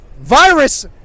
virus